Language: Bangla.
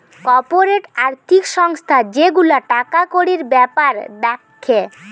কর্পোরেট আর্থিক সংস্থা যে গুলা টাকা কড়ির বেপার দ্যাখে